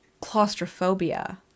claustrophobia